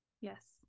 Yes